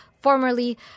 formerly